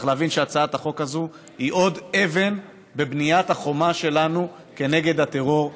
צריך להבין שהצעת החוק הזאת היא עוד אבן בבניית החומה שלנו כנגד הטרור,